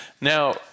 Now